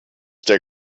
der